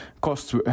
costs